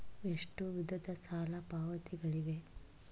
ಎಷ್ಟು ವಿಧದ ಸಾಲ ಪಾವತಿಗಳಿವೆ?